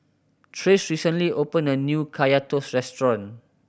Trace recently opened a new Kaya Toast restaurant